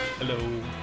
Hello